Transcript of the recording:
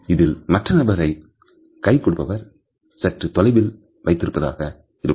இதில் மற்ற நபரை கைக் கொடுப்பவர் சற்று தொலைவில் வைத்திருப்பதாக இருக்கும்